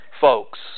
folks